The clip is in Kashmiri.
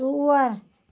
ژور